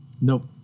Nope